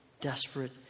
desperate